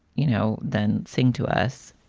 you know, than sing to us